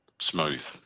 smooth